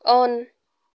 on